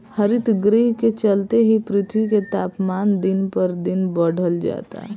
हरितगृह के चलते ही पृथ्वी के तापमान दिन पर दिन बढ़ल जाता